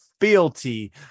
fealty